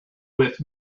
with